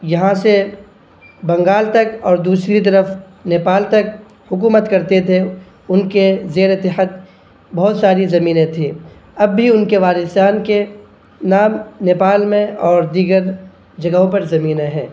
یہاں سے بنگال تک اور دوسری طرف نیپال تک حکومت کرتے تھے ان کے زیر تحت بہت ساری زمینیں تھیں اب بھی ان کے وارثان کے نام نیپال میں اور دیگر جگہوں پر زمینیں ہیں